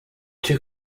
two